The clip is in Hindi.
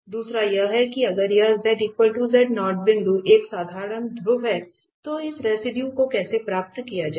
दूसरा यह है कि अगर यह बिंदु एक साधारण ध्रुव है तो इस रेसिडुए को कैसे प्राप्त किया जाए